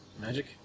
Magic